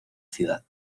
ciudad